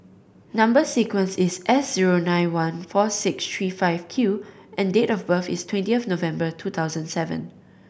number sequence is S zero nine one four six tree five Q and date of birth is twentieth November two thousand seven